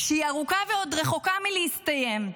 שהיא ארוכה ועוד רחוקה מלהסתיים,